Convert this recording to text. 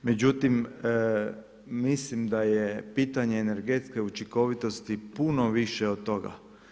Međutim, mislim da je pitanje energetske učinkovitosti puno više od toga.